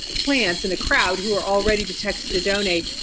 ah plants in the crowd who are all ready to text to donate.